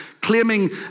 claiming